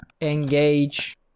engage